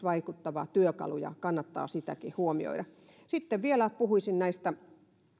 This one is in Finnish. vaikuttava työkalu ja kannattaa sekin huomioida sitten vielä puhuisin näistä